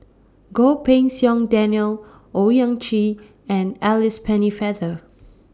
Goh Pei Siong Daniel Owyang Chi and Alice Pennefather